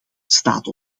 staat